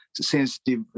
sensitive